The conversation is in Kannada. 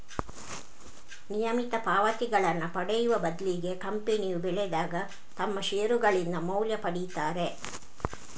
ನಿಯಮಿತ ಪಾವತಿಗಳನ್ನ ಪಡೆಯುವ ಬದ್ಲಿಗೆ ಕಂಪನಿಯು ಬೆಳೆದಾಗ ತಮ್ಮ ಷೇರುಗಳಿಂದ ಮೌಲ್ಯ ಪಡೀತಾರೆ